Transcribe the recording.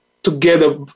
together